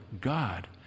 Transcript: God